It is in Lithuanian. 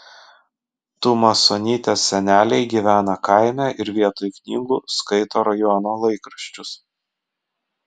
tumasonytės seneliai gyvena kaime ir vietoj knygų skaito rajono laikraščius